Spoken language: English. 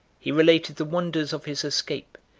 he related the wonders of his escape,